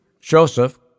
Joseph